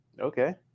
Okay